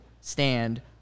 stand